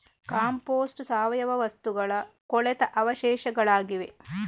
compost ಸಾವಯವ ವಸ್ತುಗಳ ಕೊಳೆತ ಅವಶೇಷಗಳಾಗಿವೆ